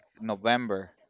November